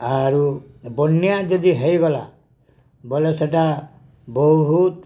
ଆରୁ ବନ୍ୟା ଯଦି ହେଇଗଲା ବେଲେ ସେଟା ବହୁତ୍